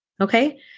Okay